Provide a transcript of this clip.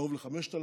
קרוב ל-5,000,